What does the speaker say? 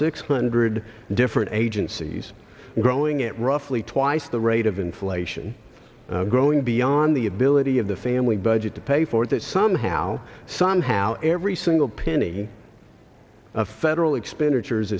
six hundred different agencies growing at roughly twice the rate of inflation going beyond the ability of the family budget to pay for that somehow somehow every single penny of federal expenditures